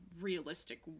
realistic